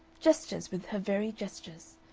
gestures with her very gestures.